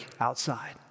outside